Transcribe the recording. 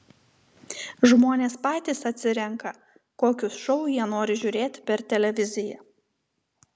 žmonės patys atsirenka kokius šou jie nori žiūrėti per televiziją